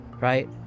right